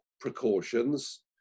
precautions